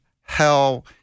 hell